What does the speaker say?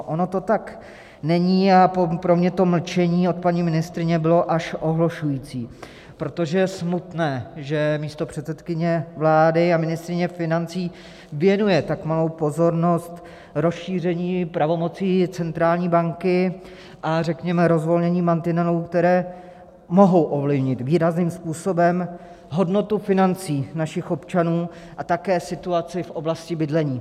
Ono to tak není a pro mě to mlčení od paní ministryně bylo až ohlušující, protože je smutné, že místopředsedkyně vlády a ministryně financí věnuje tak malou pozornost rozšíření pravomocí centrální banky a řekněme rozvolnění mantinelů, které mohou ovlivnit výrazným způsobem hodnotu financí našich občanů a také situaci v oblasti bydlení.